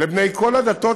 לבני כל הדתות,